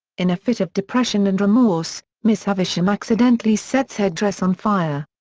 in a fit of depression and remorse, miss havisham accidentally sets her dress on fire.